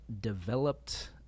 developed